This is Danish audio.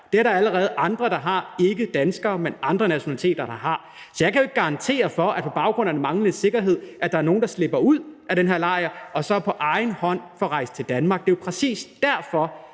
Det er der allerede andre – ikke danskere, men andre nationaliteter – der har gjort. Så jeg kan jo ikke garantere for, at der på baggrund af den manglende sikkerhed ikke er nogen, der slipper ud af den her lejr og så på egen hånd rejser til Danmark. Det er jo præcis derfor,